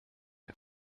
for